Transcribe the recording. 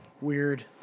Weird